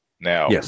Now